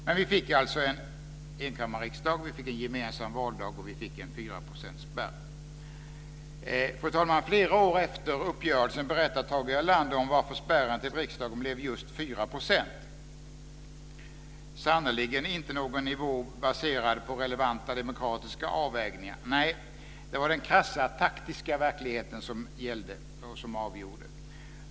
Men vi fick en enkammarriksdag, en gemensam valdag och en 4 Fru talman! Flera år efter uppgörelsen berättar Tage Erlander om varför spärren till riksdagen blev just 4 %. Det är ju sannerligen inte någon nivå baserad på relevanta demokratiska avvägningar. Nej, det var den krassa taktiska verkligheten som gällde och som avgjorde.